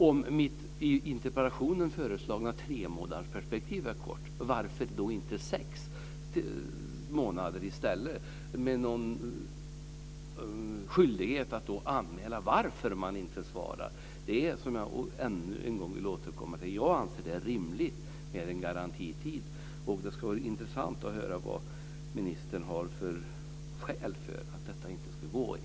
Om mitt i interpellationen föreslagna tremånadersperspektiv är kort, varför då inte sex månader i stället, med en skyldighet att anmäla varför man inte svarar? Jag anser att det är rimligt med en garantitid. Det ska bli intressant att höra vad ministern har för skäl till att det inte ska gå.